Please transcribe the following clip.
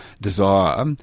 desire